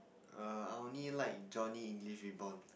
err I only like Johnny-English-Reborn